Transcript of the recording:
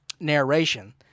Narration